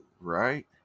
Right